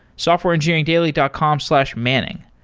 softwareengineeringdaily dot com slash manning.